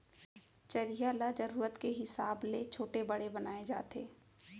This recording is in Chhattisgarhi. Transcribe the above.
चरिहा ल जरूरत के हिसाब ले छोटे बड़े बनाए जाथे